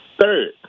Third